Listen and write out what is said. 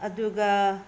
ꯑꯗꯨꯒ